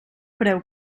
preu